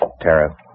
Tara